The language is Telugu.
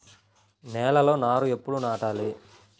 నేలలో నారు ఎప్పుడు నాటాలి?